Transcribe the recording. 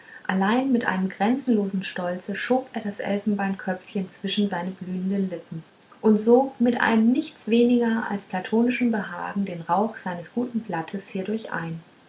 allein mit einem grenzenlosen stolze schob er das elfenbeinknöpfchen zwischen seine blühenden lippen und sog mit einem nichts weniger als platonischen behagen den rauch seines guten blattes hierdurch ein